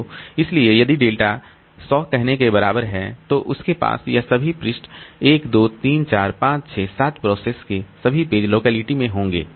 इसलिए यदि डेल्टा 100 कहने के बराबर है तो उसके पास यह सभी पृष्ठ 1 2 3 4 5 6 7 प्रोसेस के सभी पेज लोकेलिटी में होंगे